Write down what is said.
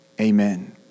Amen